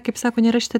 kaip sako nerašyta